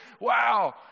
wow